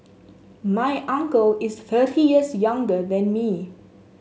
my uncle is thirty years younger than me